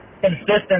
consistent